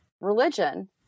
religion